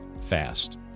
fast